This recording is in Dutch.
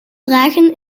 dragen